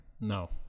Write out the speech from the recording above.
No